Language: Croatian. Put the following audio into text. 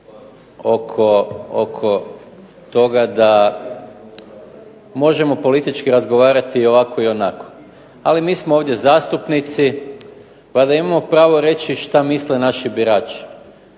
oko toga da možemo politički razgovarati i ovako i onako, ali mi smo ovdje zastupnici, valjda imamo pravo reći što misle naši birači.